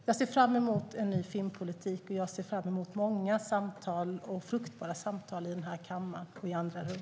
Jag ser fram emot en ny filmpolitik, och jag ser fram emot många fruktbara samtal i kammaren och i andra rum.